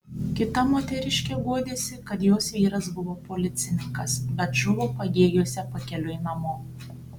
kita moteriškė guodėsi kad jos vyras buvo policininkas bet žuvo pagėgiuose pakeliui namo